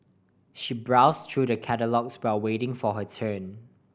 she browse through the catalogues while waiting for her turn